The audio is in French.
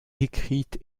écrite